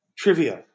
trivia